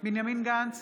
בנימין גנץ,